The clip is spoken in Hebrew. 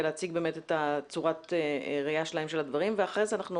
ורוצים להציג את ראייתם את הדברים ואחר כך אני